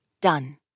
done